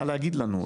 נא להגיד לנו,